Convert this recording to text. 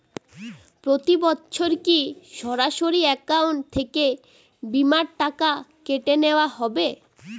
প্রতি বছর কি সরাসরি অ্যাকাউন্ট থেকে বীমার টাকা কেটে নেওয়া হবে?